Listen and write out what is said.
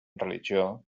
religió